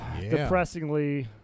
depressingly